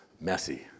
messy